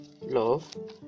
love